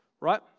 right